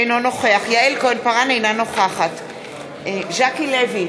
אינו נוכח יעל כהן-פארן, אינה נוכחת ז'קי לוי,